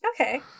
Okay